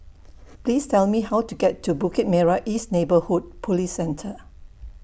Please Tell Me How to get to Bukit Merah East Neighbourhood Police Centre